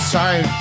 Sorry